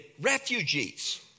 refugees